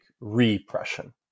repression